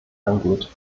angeht